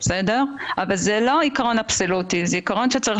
אבל בסוף היה מתווה רצוי שהצענו לשני הצדדים מתוך הבנה שיש